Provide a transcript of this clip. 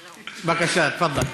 בבקשה, תפדל.